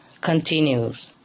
continues